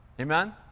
Amen